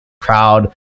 proud